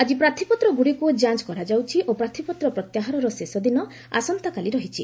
ଆକି ପ୍ରାର୍ଥପତ୍ରଗୁଡ଼ିକୁ ଯାଞ୍ଚ କରାଯାଉଛି ଓ ପ୍ରାର୍ଥୀପତ୍ର ପ୍ରତ୍ୟାହାରର ଶେଷଦିନ ଆସନ୍ତାକାଲି ରହିଛି